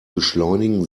beschleunigen